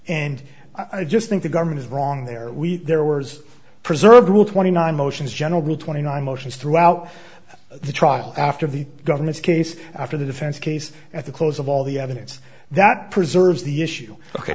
and i just think the government is wrong there are we there were preserved rule twenty nine motions general rule twenty nine motions throughout the trial after the government's case after the defense case at the close of all the evidence that preserves the issue ok